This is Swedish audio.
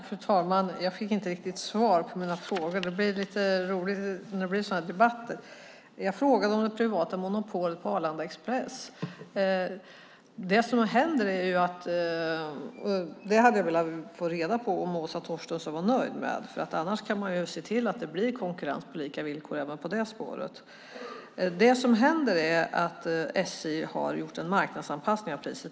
Fru talman! Jag fick inte riktigt svar på mina frågor. Jag frågade om det privata monopolet på Arlanda Express. Det hade jag velat få reda på om Åsa Torstensson var nöjd med, annars kan man ju se till att det blir konkurrens på lika villkor även på det spåret. Det som har hänt är att SJ har gjort en marknadsanpassning av priset.